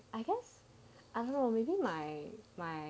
I guess I don't know maybe my my